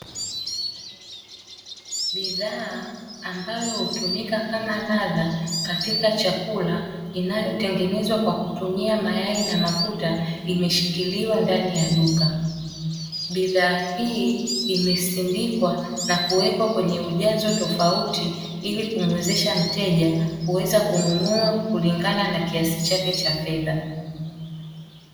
Bidhaa ambayo hutumika kama ladha katika chakula inayotengenezwa kwa kutumia mayai na mafuta imeshikiliwa ndani ya duka, bidhaa hii imesindikwa na kuwekwa kwenye ujazo tofauti ili kumuwezesha mteja kuweza kununua kulingana na kiasi chake cha fedha.